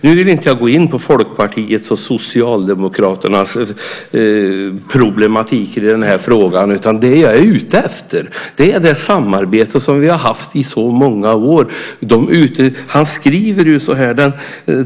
Nu vill jag inte gå in på Folkpartiets och Socialdemokraternas problematik i den här frågan. Det jag är ute efter är det samarbete som vi har haft i så många år.